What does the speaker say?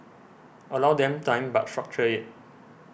allow them time but structure it